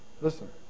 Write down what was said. Listen